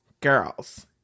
girls